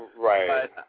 right